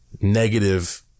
negative